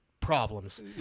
problems